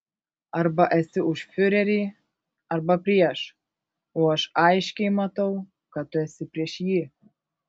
arba esi už fiurerį arba prieš o aš aiškiai matau kad tu esi prieš jį